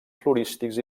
florístics